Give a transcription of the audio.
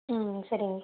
ம் சரிங்